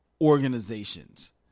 organizations